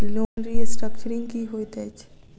Loan restructuring की होइत अछि?